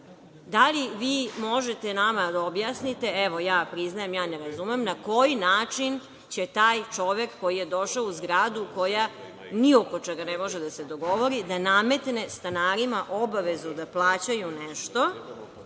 Da li vi možete nama da objasnite, evo, ja priznajem, ja ne razumem, na koji način će taj čovek koji je došao u zgradu koja ni oko čega ne može da se dogovori, da nametne stanarima obavezu da plaćaju nešto,